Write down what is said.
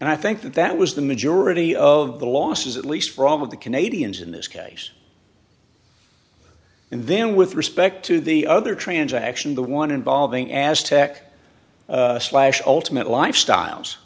and i think that that was the majority of the losses at least from of the canadians in this case and then with respect to the other transaction the one involving aztec slash ultimate lifestyles